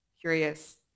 curious